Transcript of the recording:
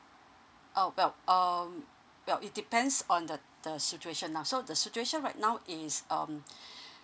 oh well um well it depends on the the situation now so the situation right now is um